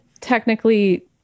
technically